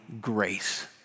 grace